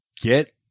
Get